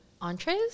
entrees